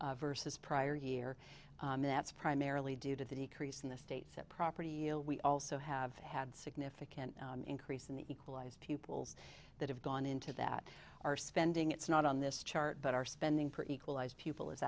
versus prior year and that's primarily due to the decrease in the states that property a we also have had significant increase in the equalized pupils that have gone into that are spending it's not on this chart but our spending for equalize people is